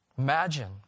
Imagine